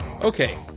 okay